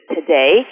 today